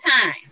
time